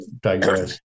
digress